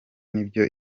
nibyo